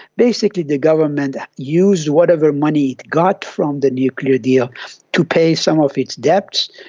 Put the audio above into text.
basically the government used whatever money it got from the nuclear deal to pay some of its debts,